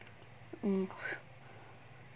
mm